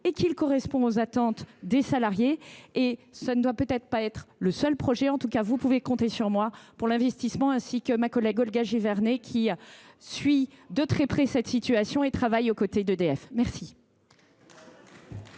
et qu’il correspond aux attentes des salariés. De plus, ce n’est peut être pas non plus le seul projet. En tout état de cause, vous pouvez compter sur moi pour l’investissement, ainsi que sur ma collègue Olga Givernet, qui suit de très près cette situation et travaille aux côtés d’EDF. La